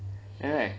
can right